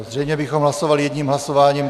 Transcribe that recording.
Zřejmě bychom hlasovali jedním hlasováním.